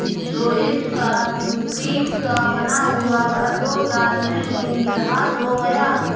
रोहित का कंक्रीट का बना हुआ घर दो साल में मूल्यह्रास हो गया